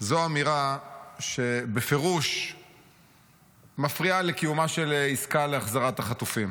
זו אמירה שבפירוש מפריעה לקיומה של עסקה להחזרת החטופים.